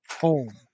home